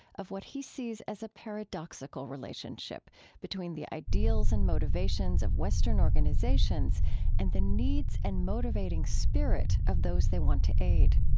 of what he sees as a paradoxical relationship between the ideals and motivations of western organizations and the needs and motivating spirit of those they want to aid